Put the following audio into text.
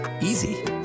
Easy